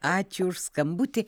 ačiū už skambutį